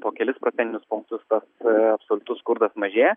po kelis procentinius punktus tas absoliutus skurdas mažėja